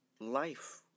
life